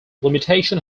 limitation